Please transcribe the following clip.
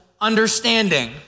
understanding